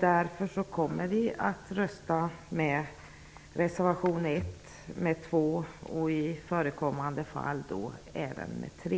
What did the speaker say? Därför kommer vi att rösta för reservationerna 1, 2 och i förekommande fall även för